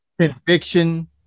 conviction